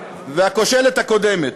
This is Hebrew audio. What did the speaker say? והכושלת הקודמת.